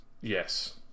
Yes